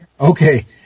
Okay